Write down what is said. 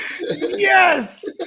Yes